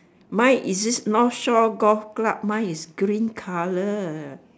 mine is this north shore golf club mine is green colour